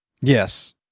Yes